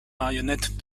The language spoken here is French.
marionnettes